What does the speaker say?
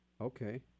Okay